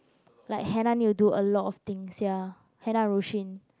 like Hannah need to do a lot of things ya Hannah Ru-Shin